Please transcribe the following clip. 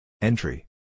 Entry